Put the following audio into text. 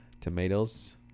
tomatoes